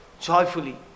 joyfully